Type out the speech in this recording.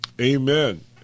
Amen